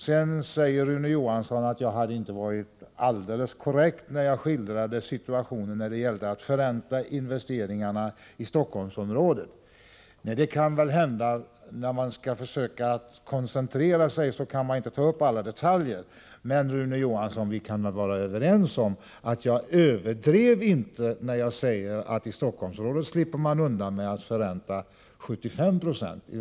Sedan säger Rune Johansson att jag inte varit alldeles korrekt när jag skildrade situationen för förräntningarna av investeringar i Stockholmsområdet. Nej, det kan väl hända. När man skall försöka koncentrera materialet kan man inte ta upp alla detaljer. Men, Rune Johansson, vi kan väl vara överens om att jag inte överdrev när jag sade att man i Stockholmsområdet slipper undan med att förränta 75 96.